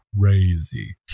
crazy